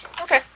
Okay